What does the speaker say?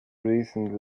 recent